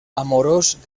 amorós